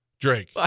Drake